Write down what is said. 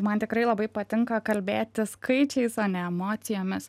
man tikrai labai patinka kalbėti skaičiais o ne emocijomis